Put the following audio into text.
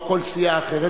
או כל סיעה אחרת,